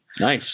Nice